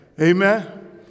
Amen